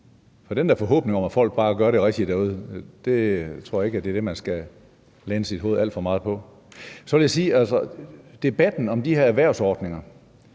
for den der forhåbning om, at folk derude bare gør det rigtige, tror jeg ikke er noget, man skal læne sig alt for meget op ad. Så vil jeg sige, at debatten om de her erhvervsordninger